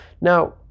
Now